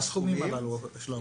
שאלתי מהם הסכומים הללו, שלומי.